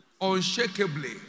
unshakably